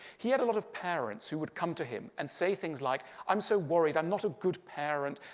he had a lot of parents who would come to him and say things like, i'm so worried. i'm not a good parent.